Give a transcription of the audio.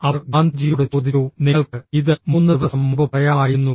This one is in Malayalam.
അവർ ഗാന്ധിജിയോട് ചോദിച്ചു നിങ്ങൾക്ക് ഇത് 3 ദിവസം മുമ്പ് പറയാമായിരുന്നു